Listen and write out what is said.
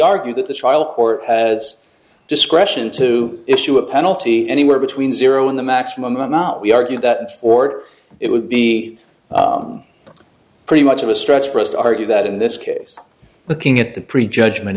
argued that the trial or has discretion to issue a penalty anywhere between zero and the maximum amount we argue that or it would be pretty much of a stretch for us to argue that in this case looking at the pre judgment